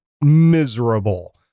miserable